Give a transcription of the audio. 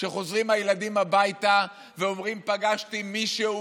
כשחוזרים הילדים הביתה ואומרים: פגשתי מישהו